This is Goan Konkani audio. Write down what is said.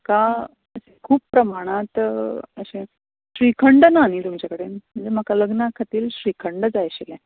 म्हाका खूब प्रमाणांत अशें श्रीखंड ना न्ही तुमचे कडेन म्हणजे म्हाका लग्ना खातीर श्रीखंड जाय आशिल्लें